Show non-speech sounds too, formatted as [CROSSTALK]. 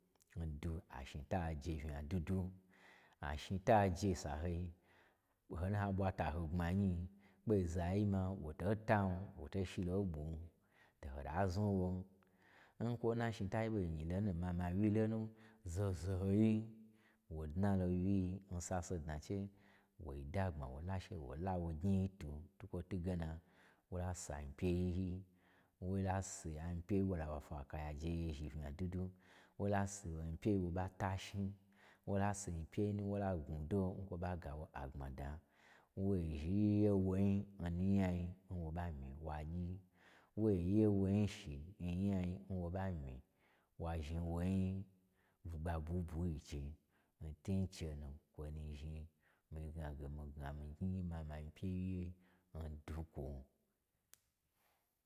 N dwu a shnita aje unya dwudwu. Ashnita aje n sahoi, oho nuye ha ɓwata n gbmanyi-i, kpei, zayi ma wo to tan, wo to shi lon ɓwun, to hota zniwon. N kwo nna shnita ɓo nyi lona n mamawyi lo nu, zaho zaho yi, wo dnalo n wyi-i n sasedna che, wo dagbma, wo la she-wola wo gnyi-i twu, twukwo twuge na wo lasianyi pyei yi, wola si anyipyei wo lawo afwa kaya je yezhi unya dwudwu, wo la si ho nyi pyei nwo ɓa tashni, wola si honyi pyei nwo ɓa tashni, wo lasi nyipyeinu wo la gnwu do nkwo ɓa gawo agbmada. Wo zhni [UNINTELLIGIBLE] n wo ɓa myi wa gyi, wo in ye wo nyi shi n nya n wo ɓa myi wa zhni wo nyi bwugba bwuibwui n chei, n twu n che nu, kwo nu zhni mii gnage mii gna mii gnyi mama nyi pyei ye n dwu kwo